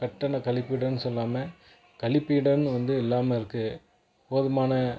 கட்டண கழிப்பிடம்னு சொல்லாமல் கழிப்பிடம்னு வந்து இல்லாமல் இருக்குது போதுமான